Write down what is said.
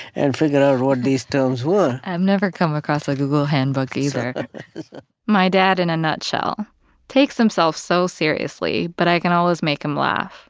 and figure out what these terms were i've never come across a google handbook, either my dad in a nutshell takes himself so seriously, but i can always make him laugh.